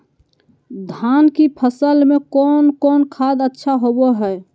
धान की फ़सल में कौन कौन खाद अच्छा होबो हाय?